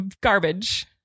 garbage